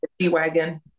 G-Wagon